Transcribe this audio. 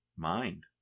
mind